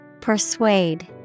Persuade